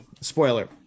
spoiler